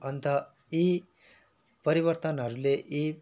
अन्त यी परिवर्तनहरूले यी